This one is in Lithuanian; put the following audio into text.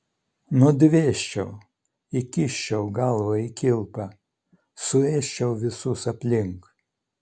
nudvėsčiau įkiščiau galvą į kilpą suėsčiau visus aplink